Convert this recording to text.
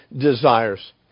desires